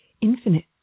infinite